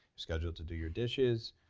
schedule it to do your dishes,